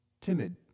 timid